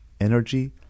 energy